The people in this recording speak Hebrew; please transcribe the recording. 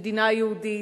מדינה יהודית,